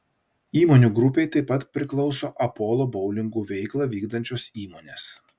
įmonių grupei taip pat priklauso apolo boulingų veiklą vykdančios įmonės